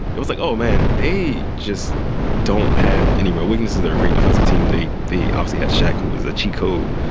it was like, oh, man, they just don't have anywhere. weakness is their great defensive team. the opposite has shaq, who was a cheat code.